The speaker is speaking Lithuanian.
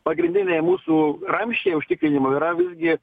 pagrindiniai mūsų ramsčiai užtikrinimo yra visgi